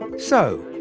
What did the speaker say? and so,